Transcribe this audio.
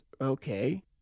okay